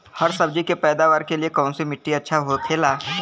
हरी सब्जी के पैदावार के लिए कौन सी मिट्टी अच्छा होखेला?